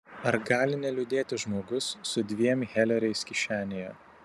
ar gali neliūdėti žmogus su dviem heleriais kišenėje